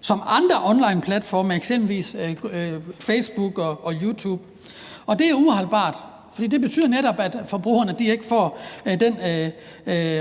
som andre onlineplatforme, eksempelvis Facebook og YouTube. Det er uholdbart, for det betyder netop, at forbrugerne ikke får den